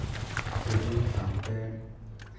ᱥᱮᱨᱮᱧ ᱥᱟᱶᱛᱮ